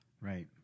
Right